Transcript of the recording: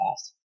past